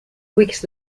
weeks